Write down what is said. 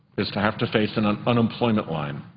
is to have to face an um unemployment line.